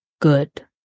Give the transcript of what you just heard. good